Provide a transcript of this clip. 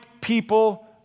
people